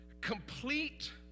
Complete